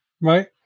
Right